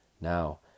Now